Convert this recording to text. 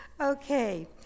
Okay